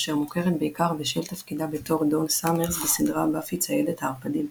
אשר מוכרת בעיקר בשל תפקידה בתור דון סאמרס בסדרה "באפי ציידת הערפדים",